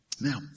Now